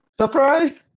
surprise